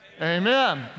Amen